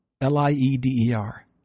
L-I-E-D-E-R